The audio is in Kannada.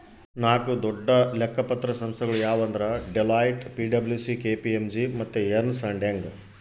ನಾಕು ದೊಡ್ಡ ಲೆಕ್ಕ ಪತ್ರ ಸಂಸ್ಥೆಗುಳು ಯಾವಂದ್ರ ಡೆಲೋಯ್ಟ್, ಪಿ.ಡಬ್ಲೂ.ಸಿ.ಕೆ.ಪಿ.ಎಮ್.ಜಿ ಮತ್ತೆ ಎರ್ನ್ಸ್ ಅಂಡ್ ಯಂಗ್